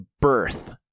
birth